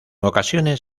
ocasiones